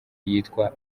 yitwa